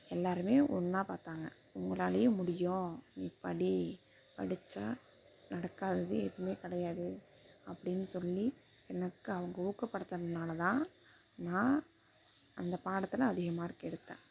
எல்லாரையுமே ஒன்றா பார்த்தாங்க உங்களாலையும் முடியும் நீ படி படிச்சால் நடக்காதது எதுவுமே கிடையாது அப்படின்னு சொல்லி எனக்கு அவங்க ஊக்கப்படுத்துனனால் தான் நான் அந்த பாடத்தில் அதிக மார்க் எடுத்தேன்